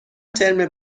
ترم